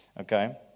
Okay